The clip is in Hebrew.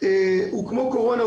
כמו קורונה,